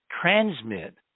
transmit